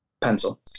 Pencil